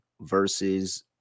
versus